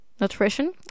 nutrition